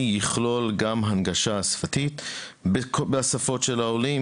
יכלול גם הנגשה שפתית בשפות של העולים,